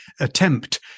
attempt